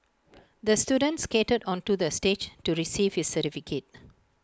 the student skated onto the stage to receive his certificate